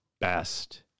best